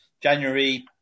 January